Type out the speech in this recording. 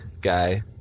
guy